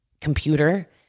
computer